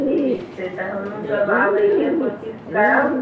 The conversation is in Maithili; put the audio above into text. ठीक छै तऽ हमहूँसभ आबयके कोशिश करब